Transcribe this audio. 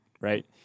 right